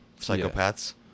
Psychopaths